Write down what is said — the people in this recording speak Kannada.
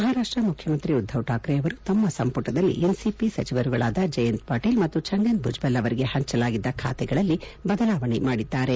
ಮಹಾರಾಪ್ಸ ಮುಖ್ಯಮಂತ್ರಿ ಉದ್ದವ್ ಶಾಕ್ರೆ ಅವರು ತಮ್ಮ ಸಂಪುಟದಲ್ಲಿ ಎನ್ಸಿಪಿ ಸಚಿವರುಗಳಾದ ಜಯಂತ್ ಪಾಟೀಲ್ ಮತ್ತು ಛಂಗನ್ ಭುಜಬಲ್ ಅವರಿಗೆ ಹಂಚಲಾಗಿದ್ದ ಖಾತೆಗಳಲ್ಲಿ ಬದಲಾವಣೆ ಮಾಡಿದ್ದಾರೆ